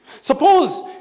Suppose